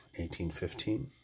1815